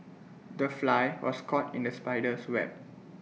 the fly was caught in the spider's web